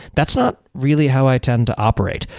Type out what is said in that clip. that's not really how i tend to operate.